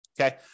Okay